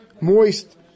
moist